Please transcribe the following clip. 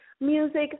music